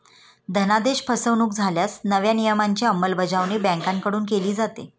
धनादेश फसवणुक झाल्यास नव्या नियमांची अंमलबजावणी बँकांकडून केली जाते